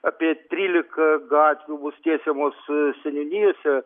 apie trylika gatvių bus tiesiamos seniūnijose